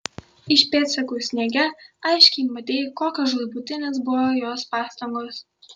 iš pėdsakų sniege aiškiai matei kokios žūtbūtinės buvo jos pastangos